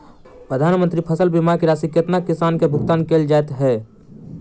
प्रधानमंत्री फसल बीमा की राशि केतना किसान केँ भुगतान केल जाइत है?